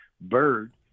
bird